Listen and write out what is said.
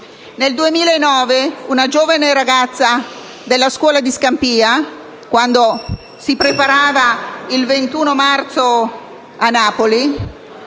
Nel 2009 una giovane ragazza della scuola di Scampia, quando si preparava il 21 marzo a Napoli,